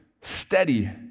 steady